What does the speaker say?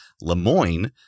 Lemoyne